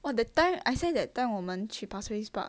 !wah! that time I say that time 我们去 pasir ris park